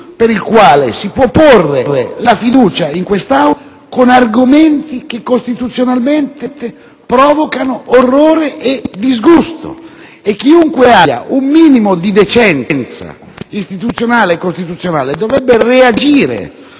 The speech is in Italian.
per il quale si può porre la fiducia in quest'Aula con argomenti che costituzionalmente provocano orrore e disgusto. Chiunque abbia un minimo di decenza istituzionale e costituzionale dovrebbe reagire